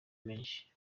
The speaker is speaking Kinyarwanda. menshi